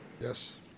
Yes